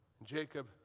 Jacob